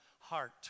heart